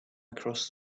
across